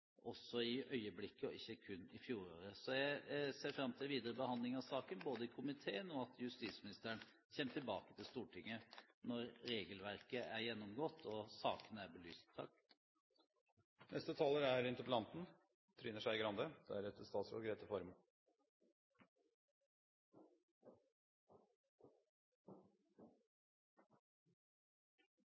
i øyeblikket, og ikke kun i fjoråret. Jeg ser fram til videre behandling av saken i komiteen og til at justisministeren kommer tilbake til Stortinget når regelverket er gjennomgått og saken er belyst. Mitt forsøk her i dag er